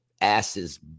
asses